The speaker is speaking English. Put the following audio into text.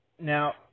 Now